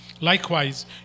Likewise